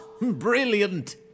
Brilliant